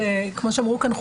כמו שאמרו כאן,